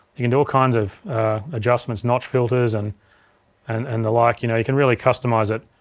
you can do all kinds of adjustments, notch filters and and and the like, you know you can really customize it.